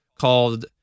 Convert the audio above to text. called